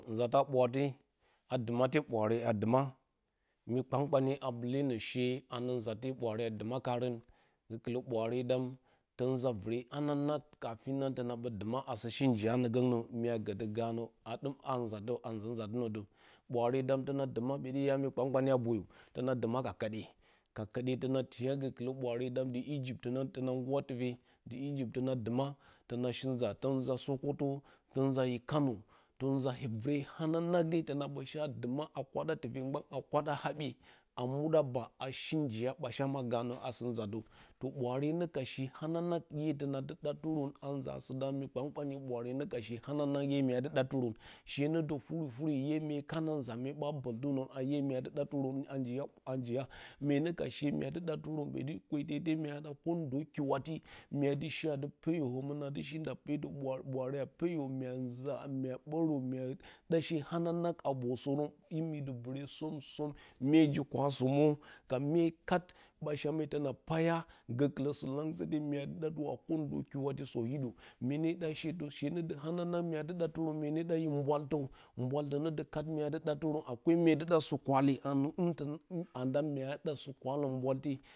Nzata ɓwatiye, dɨmate ɓwaare a dɨma mi kpan-kpanye a bɨlenǝ shee a nǝ nzate ɓwaare a dɨma kaarǝn gǝkɨlǝ ɓwaare dam tǝn nza vɨre hananang tǝna ɓǝ dɨma asɨ shi njiyanǝ gǝngnǝ mya gǝ dǝ ganǝ a ɗɨm haa a nza dǝ a nzaa nzatɨnǝ dǝ. Ɓwaare dam a dɨma ɓǝtɨya mi kpan-kpanye dam a boyo tǝna dɨma ka kǝɗe, ka kǝɗe tǝna tiya gǝkɨlǝ ɓwaare dam tǝna tǝna nggura tɨfe, dɨ ijip tǝna dɨma tǝna sɨ nza tǝn nza sokoto, tǝn nza yǝ kano, tǝn nza hee vɨre hananang tǝna ɓǝ shea dɨma a kwaɗa tɨfe mgban a kwaɗa haɓƴe a muɗa baa a shi njiya ɓachama ganǝ asɨ za dǝ ɓwaare aǝ ka shee hananang ʻye tǝna dɨ ɗatɨrǝn a nzatɨ da mi kpan-kpanye ʻye mya dɨ ɗatɨrǝn shee nǝ dǝ furi-furi ʻye mye kana nza mye ɓa bɨldǝrǝ ʻye mya dɨ ɗatɨrǝn a njiya a njiya, myenǝ ka shee mya dɨ ɗatɨrǝn ɓǝtɨ kwete te mya dɨ ɗa kiwati mya dɨ shi a dɨ peyǝ, hǝhɨn a dɨ shi nda pedǝ ɓwaare a peyǝ mya nza a mya ɓǝrǝ mya ɗa shee hananang, a vorsǝrǝn imi dɨ vɨre som-som, myee ji-kwa somo ka myee kat ɓachame tǝna paya gǝkɨlǝ sɨlangsǝte mya dɨ ɗatɨrǝ ko ndo kiwati sǝw hiɗǝ mye ne dɨ ɗashi dorshe nee dǝ hananang mya dɨ ɗatɨrǝn, myene dɨ ɗa yǝ mbwaltǝ, mbwaltǝ nǝ dǝ kat mya dɨ ɗatɨrǝn myee dɨ sɨ-kwale anda